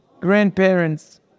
grandparents